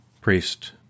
Priest